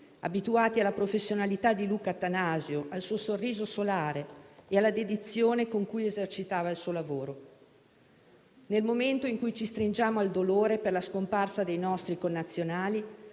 abituati alla professionalità di Luca Attanasio, al suo sorriso solare e alla dedizione con cui esercitava il suo lavoro. Nel momento in cui ci stringiamo al dolore per la scomparsa dei nostri connazionali,